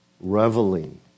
reveling